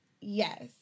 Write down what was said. yes